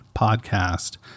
podcast